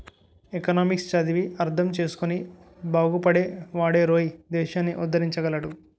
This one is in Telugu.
ఎకనామిక్స్ చదివి అర్థం చేసుకుని బాగుపడే వాడేరోయ్ దేశాన్ని ఉద్దరించగలడు